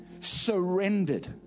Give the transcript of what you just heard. surrendered